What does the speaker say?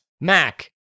Mac